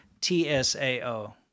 T-S-A-O